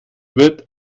wird